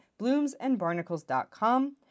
bloomsandbarnacles.com